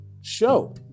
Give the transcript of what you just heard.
show